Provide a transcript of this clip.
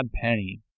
Penny